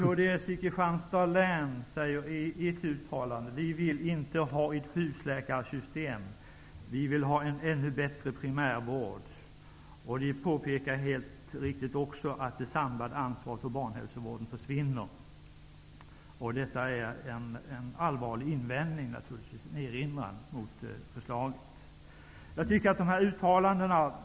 Kds i Kristianstads län säger i ett uttalande: Vi vill inte ha ett husläkarsystem. Vi vill ha en ännu bättre primärvård. Man påpekar helt riktigt också att det samlade ansvaret för barnhälsovården försvinner. Det är naturligtvis en allvarlig erinran mot förslaget. Det finns mängder av sådana här uttalanden.